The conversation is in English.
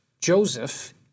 Joseph